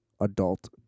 adult